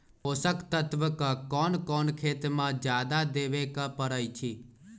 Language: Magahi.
पोषक तत्व क कौन कौन खेती म जादा देवे क परईछी?